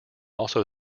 also